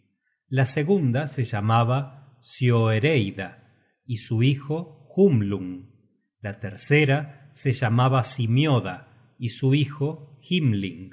la segunda se llamaba sioereida y su hijo humlung la tercera se llamaba simioda y su hijo